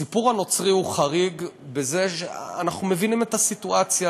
הסיפור הנוצרי הוא חריג בזה שאנחנו מבינים את הסיטואציה.